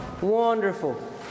Wonderful